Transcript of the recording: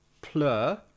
Plur